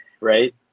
right